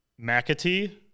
Mcatee